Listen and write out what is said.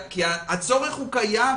הצורך קיים,